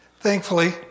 thankfully